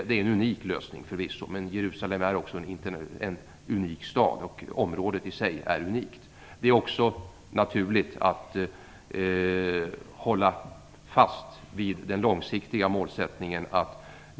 Det är förvisso en unik lösning, men Jerusalem är en unik stad, och området i sig är unikt. Det är också naturligt att hålla fast vid den långsiktiga målsättningen.